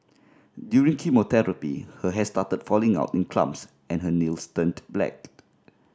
during chemotherapy her hair started falling out in clumps and her nails turned black